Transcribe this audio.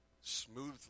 smoothly